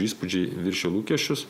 įspūdžiai viršijo lūkesčius